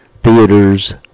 theaters